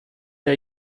der